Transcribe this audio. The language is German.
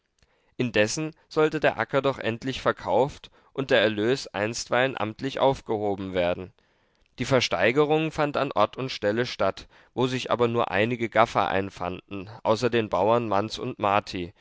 indessen sollte der acker doch endlich verkauft und der erlös einstweilen amtlich aufgehoben werden die versteigerung fand an ort und stelle statt wo sich aber nur einige gaffer einfanden außer den bauern manz und marti